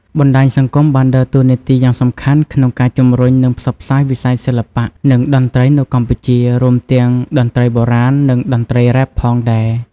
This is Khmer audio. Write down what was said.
បណ្ដាញសង្គមបានដើរតួនាទីយ៉ាងសំខាន់ក្នុងការជំរុញ និងផ្សព្វផ្សាយវិស័យសិល្បៈ និងតន្ត្រីនៅកម្ពុជា រួមទាំងតន្ត្រីបុរាណ និងតន្ត្រីរ៉េបផងដែរ។